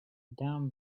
down